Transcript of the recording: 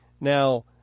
Now